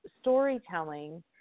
storytelling